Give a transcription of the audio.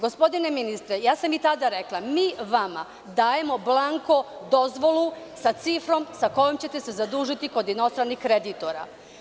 Gospodine ministre, i tada sam rekla da vam dajemo blanko dozvolu sa cifrom sa kojom ćete se zadužiti kod inostranih kreditora.